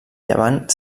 llevant